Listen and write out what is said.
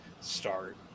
Start